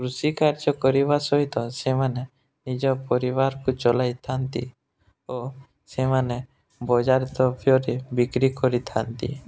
କୃଷି କାର୍ଯ୍ୟ କରିବା ସହିତ ସେମାନେ ନିଜ ପରିବାରକୁ ଚଲାଇଥାନ୍ତି ଓ ସେମାନେ ବଜାର ଦ୍ରବ୍ୟରେ ବିକ୍ରି କରିଥାନ୍ତି